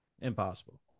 Impossible